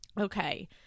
Okay